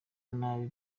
nabi